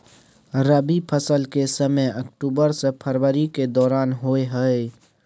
रबी फसल के समय अक्टूबर से फरवरी के दौरान होय हय